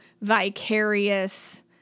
vicarious